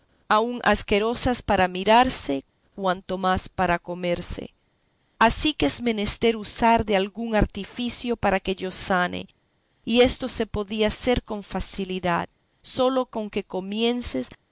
aun asquerosas para mirarse cuanto más para comerse así que es menester usar de algún artificio para que yo sane y esto se podía hacer con facilidad sólo con que comiences